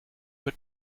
but